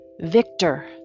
Victor